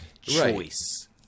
choice